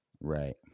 Right